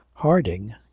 harding